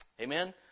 Amen